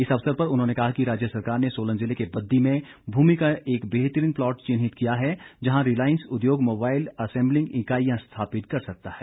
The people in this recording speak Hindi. इस अवसर पर उन्होंने कहा कि राज्य सरकार ने सोलन ज़िले के बद्दी में भूमि का एक बेहतरीन प्लॉट चिन्हित किया है जहां रिलायंस उद्योग मोबाईल असेम्बलिंग इकाईयां स्थापित कर सकता है